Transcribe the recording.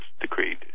decreed